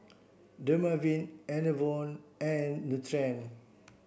Dermaveen Enervon and Nutren